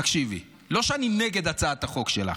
תקשיבי, לא שאני נגד הצעת החוק שלך.